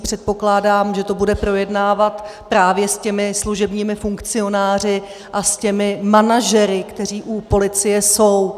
Předpokládám, že to bude projednávat právě s těmi služebními funkcionáři a s těmi manažery, kteří u policie jsou.